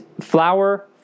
flower